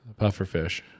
pufferfish